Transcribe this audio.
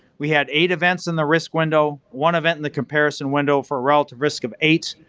we had eight events in the risk window, one event in the comparison window for a relative risk of eight.